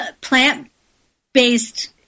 plant-based